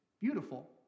beautiful